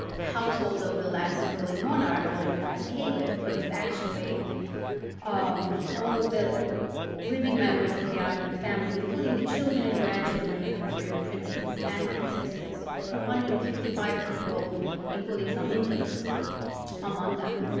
household of the last ruling monarch or the last caliph. but it's actually um all of the living members of the ottoman family including the children and grandchildren of the imperial princes and princesses. so there were one hundred and fifty five people including some infants among them.